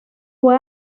fue